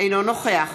אינו נוכח